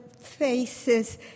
faces